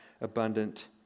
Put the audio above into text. abundant